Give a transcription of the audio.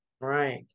Right